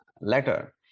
letter